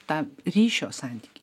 tą ryšio santykį